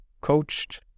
coached